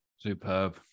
Superb